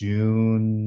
June